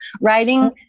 Writing